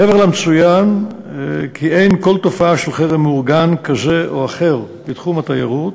מעבר למצוין כי אין כל תופעה של חרם מאורגן כזה או אחר בתחום התיירות,